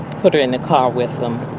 put her in the car with them,